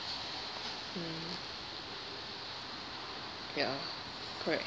mm ya correct